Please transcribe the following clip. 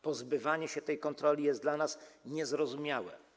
Pozbywanie się tej kontroli jest dla nas niezrozumiałe.